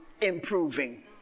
improving